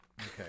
Okay